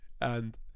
and-